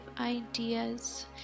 ideas